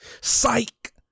Psych